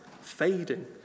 fading